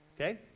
okay